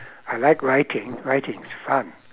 I like writing writing is fun